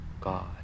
god